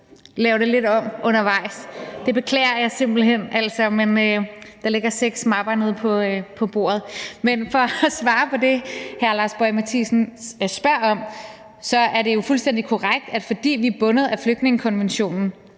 lave det lidt om undervejs. Det beklager jeg altså simpelt hen. Men der ligger seks mapper nede på bordet. Men for at svare på det, hr. Lars Boje Mathiesen spørger om, er det jo fuldstændig korrekt, at fordi vi er bundet af flygtningekonventionen,